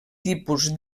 tipus